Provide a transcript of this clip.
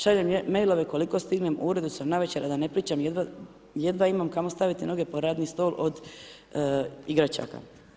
Šaljem mailove, koliko stignem, u uredu sam do navečer, a da ne pričam, jedva imam kamo staviti noge pod radni stol od igračaka.